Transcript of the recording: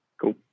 Cool